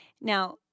now